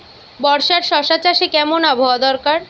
বর্ষার শশা চাষে কেমন আবহাওয়া দরকার?